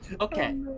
Okay